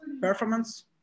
performance